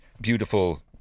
beautiful